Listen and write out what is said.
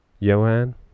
Johan